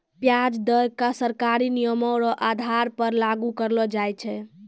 व्याज दर क सरकारी नियमो र आधार पर लागू करलो जाय छै